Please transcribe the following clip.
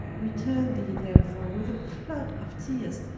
returne thee therefore with a floud of teares,